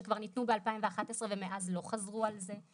שכבר ניתנו ב-2011 ומאז לא חזרו על זה.